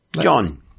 John